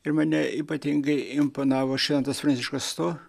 ir mane ypatingai imponavo šventas pranciškus tuo